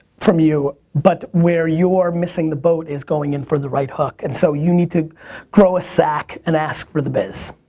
from you, but where you are missing the boat is going in for the right hook and so you need to grow a sack and ask for the biz.